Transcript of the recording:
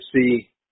see